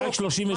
זה רק 36(ב),